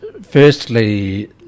firstly